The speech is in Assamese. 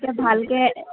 এতিয়া ভালকৈ